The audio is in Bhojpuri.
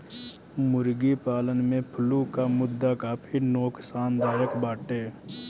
मुर्गी पालन में फ्लू कअ मुद्दा काफी नोकसानदायक बाटे